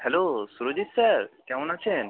hello Surajit sir কেমন আছেন